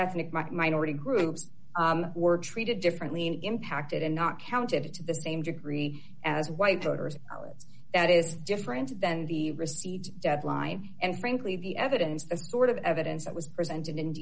ethnic minority groups were treated differently impacted and not counted to the same degree as white voters that is different than the received deadline and frankly the evidence of a sort of evidence that was presented in